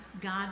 God